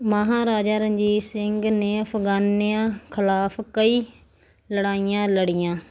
ਮਹਾਰਾਜਾ ਰਣਜੀਤ ਸਿੰਘ ਨੇ ਅਫਗਾਨੀਆਂ ਖਿਲਾਫ ਕਈ ਲੜਾਈਆਂ ਲੜੀਆਂ